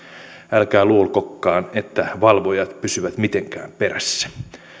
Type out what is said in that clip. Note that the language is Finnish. älkää luulkokaan että valvojat pysyvät mitenkään perässä